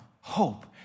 hope